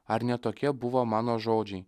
ar ne tokie buvo mano žodžiai